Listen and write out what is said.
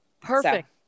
perfect